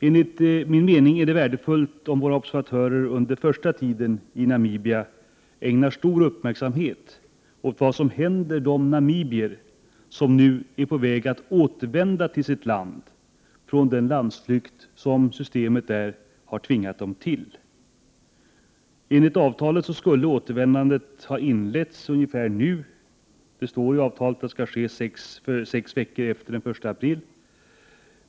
Enligt min mening är det värdefullt om våra observatörer under den första tiden i Namibia ägnar stor uppmärksamhet åt vad som händer med de namibier som nu är på väg att återvända till sitt land, efter den landsflykt som systemet har tvingat dem till. Enligt avtalet skulle återvändandet ha inletts ungefär vid denna tid. Det står i avtalet att det skall ske sex veckor efter den 1 april.